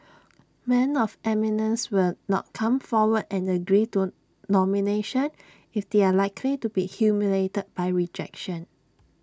men of eminence will not come forward and agree to nomination if they are likely to be humiliated by rejection